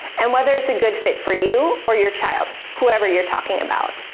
and whether it's a good fit for you, or your child, whoever you're talking about.